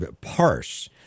parse